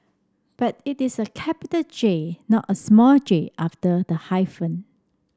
but it is a capital J not a small j after the hyphen